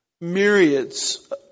myriads